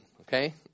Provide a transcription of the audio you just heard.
Okay